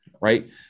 right